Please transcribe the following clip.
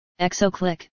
Exoclick